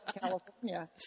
California